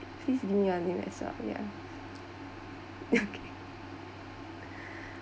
please give me your name as well yeah okay